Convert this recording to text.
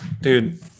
Dude